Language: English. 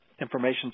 information